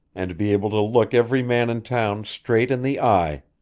and be able to look every man in town straight in the eye.